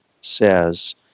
says